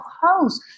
house